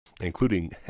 including